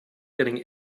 getting